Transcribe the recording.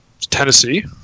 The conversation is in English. Tennessee